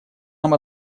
нам